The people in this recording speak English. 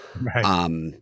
Right